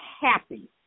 happy